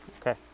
Okay